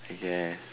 I guess